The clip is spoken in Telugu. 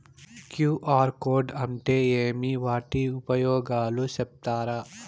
క్యు.ఆర్ కోడ్ అంటే ఏమి వాటి ఉపయోగాలు సెప్తారా?